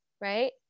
right